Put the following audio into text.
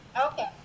Okay